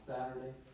Saturday